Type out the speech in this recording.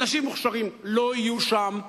אנשים מוכשרים לא יהיו שם,